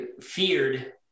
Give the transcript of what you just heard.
feared